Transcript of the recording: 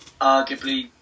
arguably